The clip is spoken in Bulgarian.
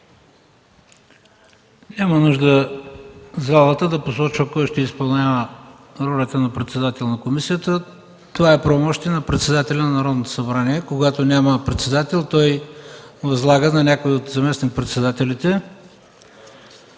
Няма нужда залата да посочва кой ще изпълнява ролята на председател на комисията. Това е правомощие на председателя на Народното събрание. Когато няма председател, той възлага на някой от заместник-председателите.